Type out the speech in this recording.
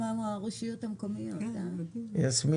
זהו.